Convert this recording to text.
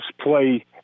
play